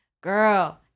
girl